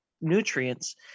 nutrients